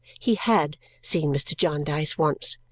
he had seen mr. jarndyce once,